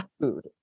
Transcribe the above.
food